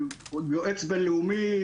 יועץ בין-לאומי,